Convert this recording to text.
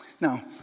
Now